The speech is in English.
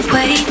Wait